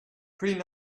pretty